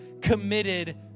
committed